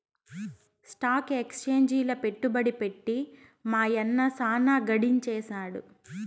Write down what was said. stock ఎక్సేంజిల పెట్టుబడి పెట్టి మా యన్న సాన గడించేసాడు